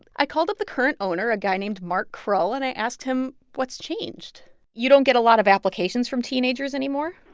i called up the current owner, a guy named mark krull, and i asked him what's changed you don't get a lot of applications from teenagers anymore?